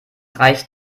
reicht